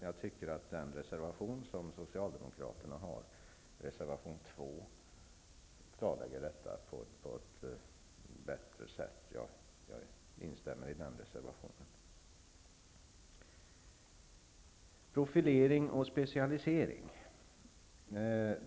Jag tycker dock att detta klarläggs bättre i reservation 2 från Socialdemokraterna. Jag instämmer i vad som sägs i den reservationen. Så några ord om profileringen och specialiseringen.